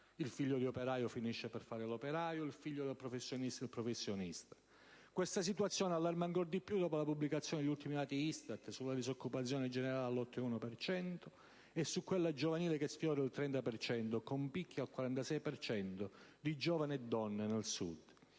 Il figlio di operaio finisce per fare l'operaio, il figlio del professionista il professionista. Questa situazione allarma ancora di più dopo la pubblicazione degli ultimi dati ISTAT, che vedono la disoccupazione generale all'8,1 per cento e quella giovanile quasi al 30 per cento, con picchi al 46 per cento di giovani e donne del Sud.